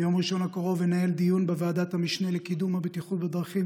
ביום ראשון הקרוב אנהל דיון בוועדת המשנה לקידום הבטיחות בדרכים,